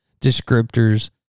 descriptors